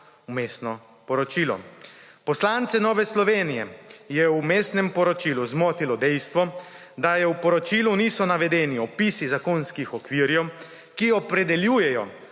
Vmesno poročilo. Poslance Nove Slovenije je v Vmesnem poročilu zmotilo dejstvo, da v poročilu niso navedeni opisi zakonskih okvirjev, ki opredeljujejo